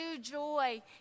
joy